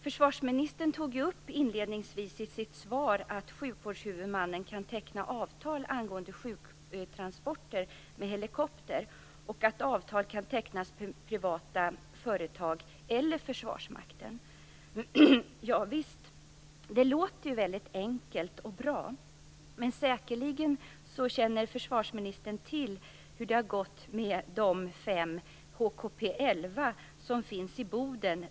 Försvarsministern tog inledningsvis i sitt svar upp att sjukvårdshuvudmannen kan teckna avtal angående sjuktransporter med helikopter och att avtal kan tecknas med privata företag eller Försvarsmakten. Det låter väldigt enkelt och bra, men säkerligen känner försvarsministern till hur det har gått med de fem HKP 11 som finns i Boden.